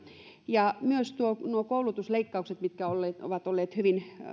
ja myös kun koulutusleikkaukset ovat olleet hyvin